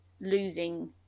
losing